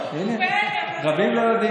לא רבים יודעים.